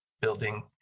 building